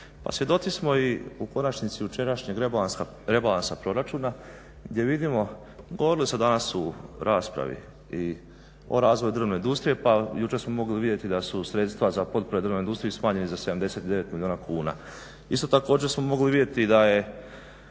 Pa svjedoci smo i u konačnici jučerašnjeg rebalansa proračuna gdje vidimo, govorilo se danas u raspravi i o razvoju drvne industrije pa jučer smo mogli vidjeti da su sredstva za potpore drvnoj industriji smanjeni za 79 milijuna kuna. Isto također smo mogli vidjeti da je